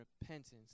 repentance